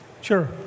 Sure